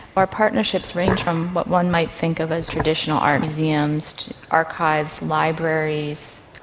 our partnerships range from what one might think of as traditional art museums, to archives, libraries,